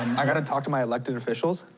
i gotta talk to my elected officials?